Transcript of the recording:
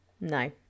No